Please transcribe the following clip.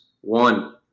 One